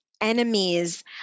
enemies